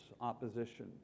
opposition